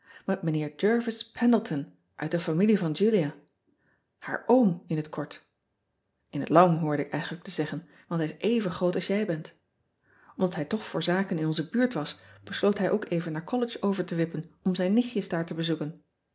ervis endleton uit de familie van ulia aar oom in het kort in het lang hoorde ik eigenlijk te zeggen want hij is even groot als jij bent mdat hij toch voor zaken in onze buurt was besloot hij ook even naar ollege over te wippen om zijn nichtjes daar te bezoeken